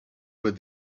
with